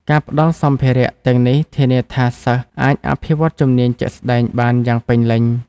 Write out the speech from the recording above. ការផ្តល់សម្ភារៈទាំងនេះធានាថាសិស្សអាចអភិវឌ្ឍជំនាញជាក់ស្តែងបានយ៉ាងពេញលេញ។